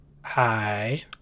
Hi